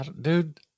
dude